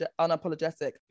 unapologetic